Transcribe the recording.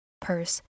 purse